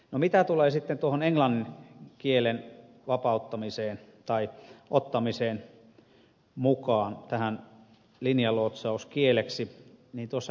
no mitä tulee sitten tuohon englannin kielen vapauttamiseen tai mukaan ottamiseen linjaluotsauskieleksi niin tuossa ed